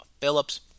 Phillips